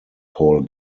paul